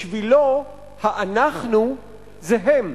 בשבילו, ה"אנחנו" זה "הם",